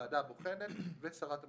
הוועדה הבוחנת ושרת המשפטים.